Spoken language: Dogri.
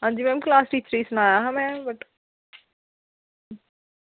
हां जी मैम क्लॉस टीचर गी सनाया हा में